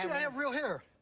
i have real hair.